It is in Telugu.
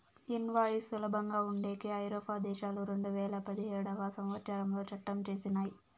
ఇన్వాయిస్ సులభంగా ఉండేకి ఐరోపా దేశాలు రెండువేల పదిహేడవ సంవచ్చరంలో చట్టం చేసినయ్